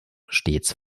stets